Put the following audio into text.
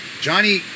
Johnny